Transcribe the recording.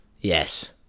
Yes